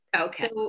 Okay